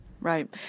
Right